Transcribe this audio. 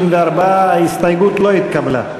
54. ההסתייגות לא התקבלה.